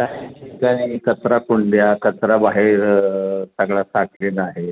काही ठिकाणी कचराकुंड्या कचराबाहेर सगळा साठलेला आहे